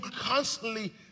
constantly